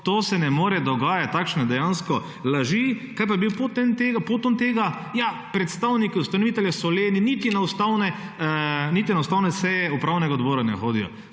to se ne more dogajati, takšne dejansko laži. Kaj pa je bil potom tega? Ja, predstavniki ustanovitelja so leni, niti na ustavne seje upravnega odbora ne hodijo.